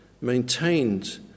maintained